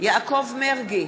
יעקב מרגי,